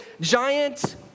giant